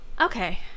okay